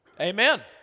Amen